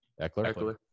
Eckler